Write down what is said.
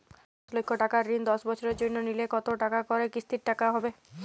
দশ লক্ষ টাকার ঋণ দশ বছরের জন্য নিলে কতো টাকা করে কিস্তির টাকা হবে?